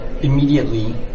immediately